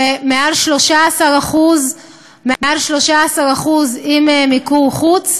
ומעל 13% מעל 13% עם מיקור חוץ.